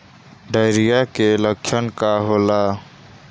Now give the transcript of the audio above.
Diarrhoea के लक्षण का होला?